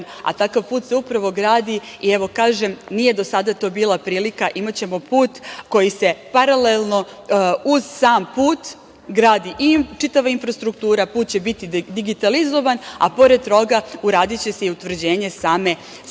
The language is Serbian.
a takav put se upravo gradi, i evo, kažem, nije do sada to bila prilika, imaćemo put koji se paralelno, uz sam put, gradi i čitava infrastruktura. Put će biti digitalizovan, a pored toga uradiće se i utvrđenje same Zapadne